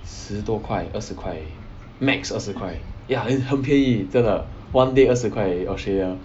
十多块二十块 max 二十块 ya 很便宜真的 one day 二十块而已 australia